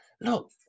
Look